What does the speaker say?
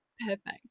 Perfect